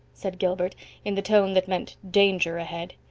said gilbert in the tone that meant danger ahead.